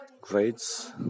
grades